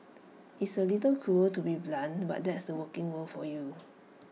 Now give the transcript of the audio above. it's A little cruel to be blunt but that's the working world for you